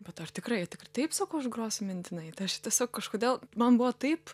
bet ar tikrai taip sakau aš grosiu mintinai tai aš tiesiog kažkodėl man buvo taip